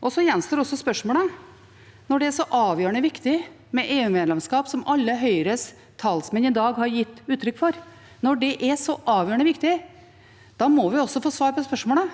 år. Så gjenstår det et spørsmål når det er så avgjørende viktig med EU-medlemskap, som alle Høyres talsmenn i dag har gitt uttrykk for. Når det er så avgjørende viktig, må vi også få svar på spørsmålet: